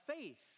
faith